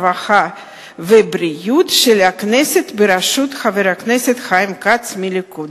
הרווחה והבריאות של הכנסת בראשות חבר הכנסת חיים כץ מהליכוד.